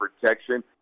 protection